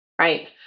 right